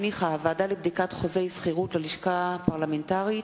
שתי החלטות של הוועדה לבדיקת חוזי שכירות ללשכה פרלמנטרית.